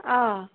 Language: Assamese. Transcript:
অঁ